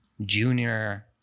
junior